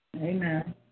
Amen